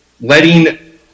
letting